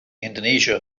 indonesia